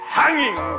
hanging